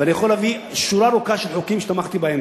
ואני יכול להביא שורה ארוכה של חוקים שתמכתי בהם,